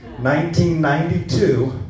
1992